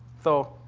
so,